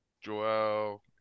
Joel